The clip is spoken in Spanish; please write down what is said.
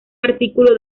artículo